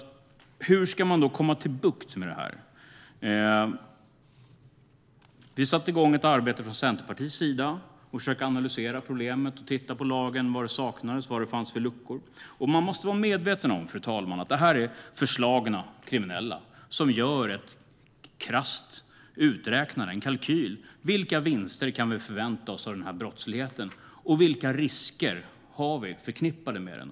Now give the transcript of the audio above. Hur ska man då få bukt med detta? Vi i Centerpartiet satte igång ett arbete för att försöka analysera problemet och titta på vad som saknades i lagen, var luckorna fanns. Man måste vara medveten om, fru talman, att det här är förslagna kriminella som gör en krass kalkyl: Vilka vinster kan vi förvänta oss av den här brottsligheten? Vilka risker finns det förknippade med den?